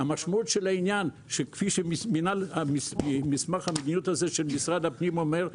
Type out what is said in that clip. המשמעות של העניין כפי שמסמך המדיניות הזה שמשרד הפנים אומר,